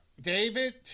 David